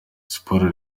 siporo